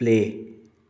play